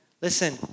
Listen